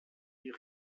die